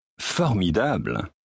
Formidable